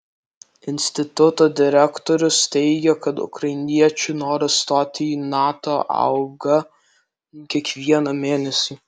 instituto direktorius teigia kad ukrainiečių noras stoti į nato auga kiekvieną mėnesį